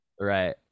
right